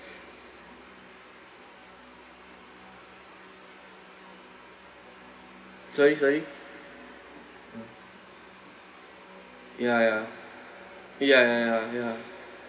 sorry sorry ya ya ya ya ya ya ya